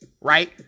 right